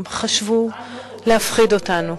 הם חשבו להפחיד אותנו,